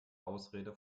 ausrede